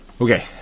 Okay